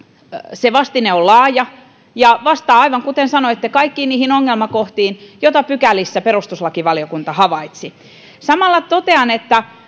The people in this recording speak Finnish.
se vastine on laaja ja vastaa aivan kuten sanoitte kaikkiin niihin ongelmakohtiin joita pykälissä perustuslakivalokunta havaitsi samalla totean että